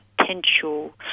potential